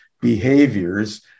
behaviors